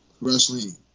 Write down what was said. wrestling